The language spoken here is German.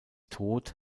tod